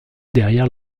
derrière